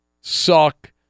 suck